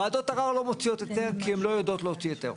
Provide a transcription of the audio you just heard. ועדות ערער לא מוציאות היתר כי הן לא יודעות להוציא היתר.